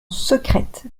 secrète